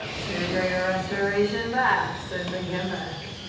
to greater restoration vax and bring him back.